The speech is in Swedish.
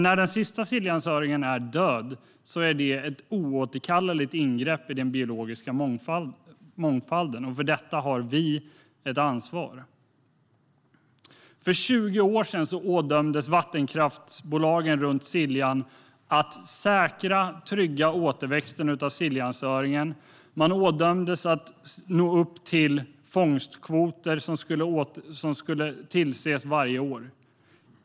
När den sista Siljansöringen är död är det ett oåterkalleligt ingrepp i den biologiska mångfalden. För detta har vi ett ansvar. För 20 år sedan ådömdes vattenkraftsbolagen runt Siljan att säkra och trygga återväxten av Siljansöringen. De ådömdes att nå upp till fångstkvoter som skulle tillses varje år.